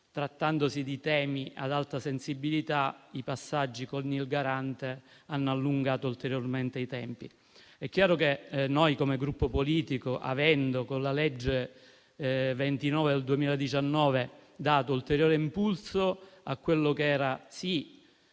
trattandosi di temi ad alta sensibilità: passaggi che hanno allungato ulteriormente i tempi. È chiaro che il nostro Gruppo politico, con la legge n. 29 del 2019, ha dato ulteriore impulso a quello che era un